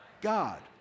God